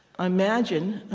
i imagine